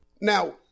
Now